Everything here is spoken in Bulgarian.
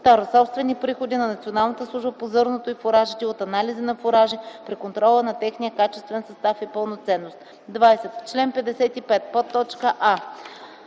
„2. собствени приходи на Националната служба по зърното и фуражите от анализи на фуражи при контрола на техния качествен състав и пълноценност”.